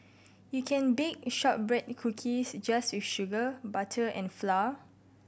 you can bake shortbread cookies just with sugar butter and flour